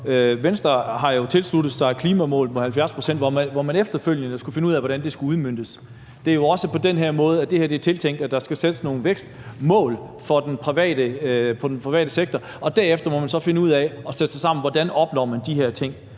Venstre har jo tilsluttet sig et klimamål på 70 pct., hvor man efterfølgende skal finde ud af, hvordan det skal udmøntes. Det er jo også på den måde, at det her er tænkt, altså at der skal sættes nogle vækstmål for den private sektor, og at man så derefter må sætte sig sammen og finde ud af, hvordan man opnår de her ting.